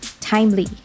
Timely